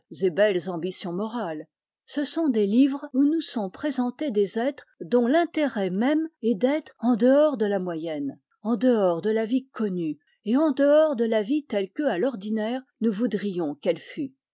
belles ambitions morales ce sont des livres où nous sont présentés des êtres dont l'intérêt même est d'être en dehors de la moyenne en dehors de la vie connue et en dehors de la vie telle que à l'ordinaire nous voudrions qu'elle fût